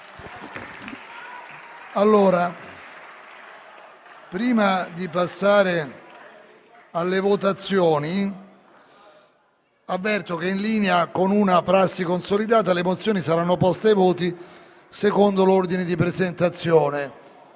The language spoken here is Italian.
Prima di passare alla votazione, avverto che, in linea con una prassi consolidata, le mozioni saranno poste ai voti secondo l'ordine di presentazione.